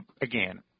again